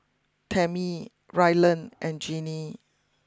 Tammie Rylan and Gennie